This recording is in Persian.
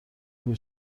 بگو